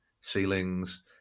ceilings